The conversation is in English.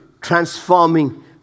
transforming